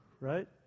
right